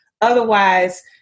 Otherwise